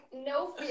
No